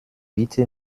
bitte